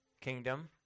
kingdom